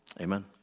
amen